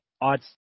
odds